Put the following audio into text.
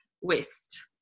west